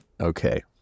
Okay